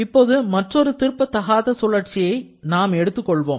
இப்போது மற்றொரு திருப்பத்தகாத சுழற்சியை நாம் எடுத்துக்கொள்வோம்